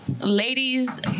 Ladies